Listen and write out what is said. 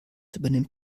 übernimmt